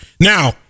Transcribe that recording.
Now